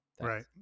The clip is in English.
Right